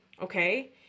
okay